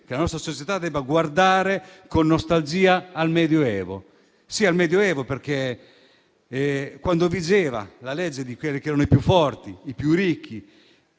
la nostra società debba guardare con nostalgia al medioevo. Sì, parlo di Medioevo, quando vigeva la legge di quelli che erano più forti e più ricchi,